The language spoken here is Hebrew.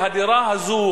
והדירה הזאת,